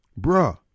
bruh